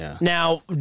Now